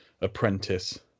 apprentice